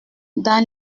dans